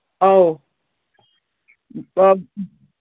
ꯑꯧ